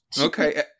Okay